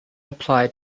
applied